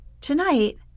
Tonight